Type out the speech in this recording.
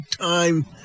time